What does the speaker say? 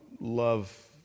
love